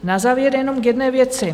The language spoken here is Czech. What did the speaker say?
Na závěr jenom k jedné věci.